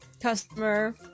customer